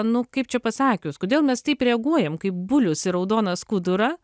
nu kaip čia pasakius kodėl mes taip reaguojam kaip bulius į raudoną skudurą